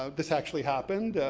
ah this actually happened,